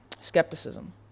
skepticism